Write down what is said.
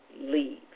Leave